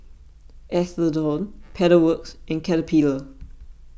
Atherton Pedal Works and Caterpillar